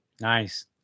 Nice